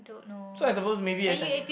so I suppose maybe as an